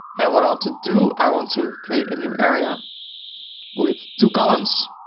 and what i want to do, i want to create a new area with two columns.